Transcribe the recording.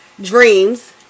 Dreams